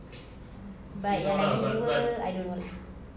but yang lagi dua I don't know lah